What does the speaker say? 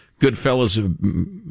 Goodfellas